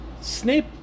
snape